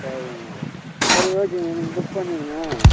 சரிங்க மேடம் சரி ஓகே நீங்கள் புக் பண்ணிவிடுங்க